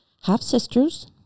half-sisters